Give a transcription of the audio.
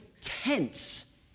tense